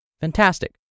Fantastic